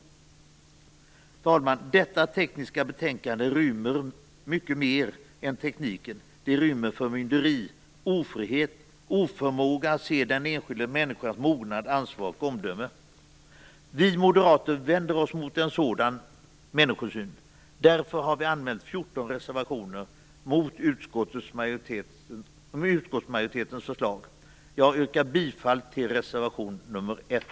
Fru talman! Detta tekniska betänkande rymmer mycket mer än tekniken. Det rymmer förmynderi, ofrihet och oförmåga att se den enskilda människans mognad, ansvar och omdöme. Vi moderater vänder oss mot en sådan människosyn. Därför har vi anmält 14 reservationer mot utskottsmajoritetens förslag. Jag yrkar bifall till reservation 1.